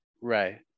Right